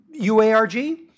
UARG